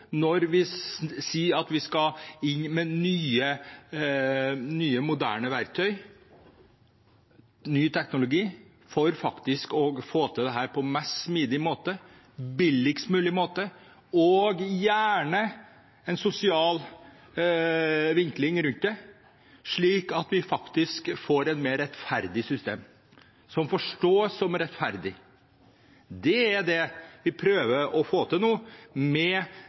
når vi sier at vi skal inn med nye, moderne verktøy, ny teknologi, for faktisk å få til dette på en mest mulig smidig måte, på en billigst mulig måte og gjerne med en sosial vinkling rundt det, slik at vi faktisk får et mer rettferdig system, et system som forstås som rettferdig. Det er det vi nå prøver å få til med